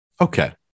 Okay